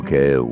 Okay